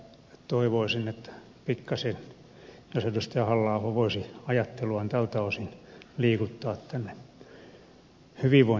toivoisin että pikkasen kansanedustaja halla aho voisi ajatteluaan tältä osin liikuttaa tänne hyvinvointiyhteiskunnan suuntaan